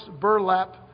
burlap